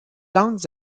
langue